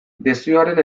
desioaren